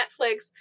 Netflix